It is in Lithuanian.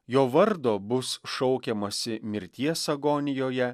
jo vardo bus šaukiamasi mirties agonijoje